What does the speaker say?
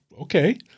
Okay